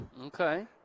Okay